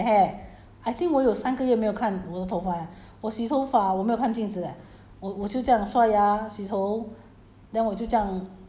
I go and cut my hair myself you know so long I never go and see my hair leh I think 我有三个月没有看我的头发 liao 我洗头发我没有看镜子 leh